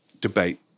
debate